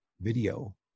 video